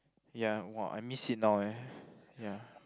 ya !wah! I miss it now eh ya